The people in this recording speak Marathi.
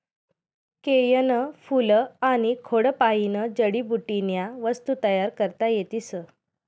केयनं फूल आनी खोडपायीन जडीबुटीन्या वस्तू तयार करता येतीस